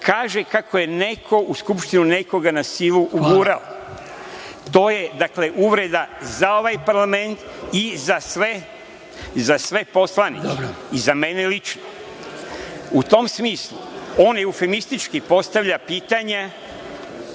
kazao kako je neko u Skupštinu nekoga na silu ugurao. To je uvreda za ovaj parlament, za sve poslanike i za mene lično.U tom smislu, on eufemistički postavlja pitanja